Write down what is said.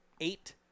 eight